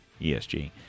ESG